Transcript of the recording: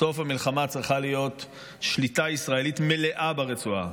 בסוף המלחמה צריכה להיות שליטה ישראלית מלאה ברצועה.